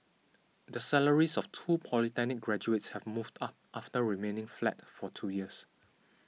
the salaries of two polytechnic graduates have moved up after remaining flat for two years